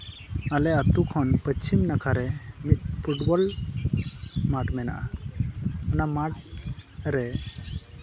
ᱟᱞᱮ ᱟᱛᱳ ᱠᱷᱚᱱ ᱯᱚᱥᱪᱤᱢ ᱱᱟᱠᱷᱟᱨᱮ ᱢᱤᱫ ᱯᱷᱩᱴᱵᱚᱞ ᱢᱟᱴᱷ ᱢᱮᱱᱟᱜᱼᱟ ᱚᱱᱟ ᱢᱟᱴᱷ ᱨᱮ